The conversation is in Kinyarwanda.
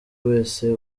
wese